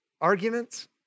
arguments